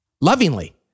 Lovingly